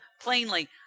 plainly